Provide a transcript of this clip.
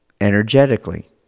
energetically